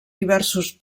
diversos